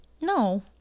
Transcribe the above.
no